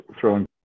throwing